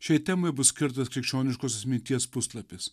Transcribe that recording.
šiai temai bus skirtos krikščioniškosios minties puslapis